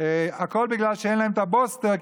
והכול בגלל שאין להם את הבוסטר,